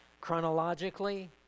chronologically